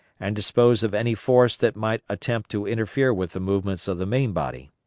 and dispose of any force that might attempt to interfere with the movements of the main body.